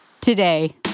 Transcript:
Today